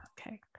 Okay